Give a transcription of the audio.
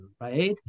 right